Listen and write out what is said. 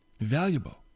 valuable